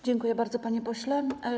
Dziękuję bardzo, panie pośle.